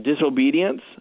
disobedience